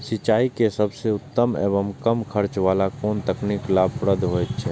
सिंचाई के सबसे उत्तम एवं कम खर्च वाला कोन तकनीक लाभप्रद होयत छै?